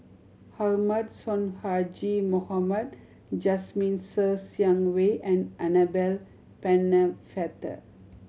Ahmad Sonhadji Mohamad Jasmine Ser Xiang Wei and Annabel Pennefather